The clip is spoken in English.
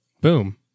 boom